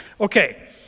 Okay